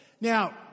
Now